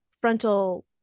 frontal